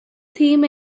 theme